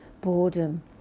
boredom